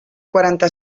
quaranta